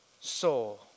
soul